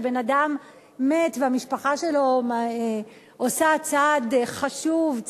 שבן-אדם מת והמשפחה שלו עושה צעד חשוב,